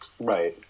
Right